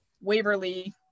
Waverly